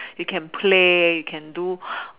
you can play you can do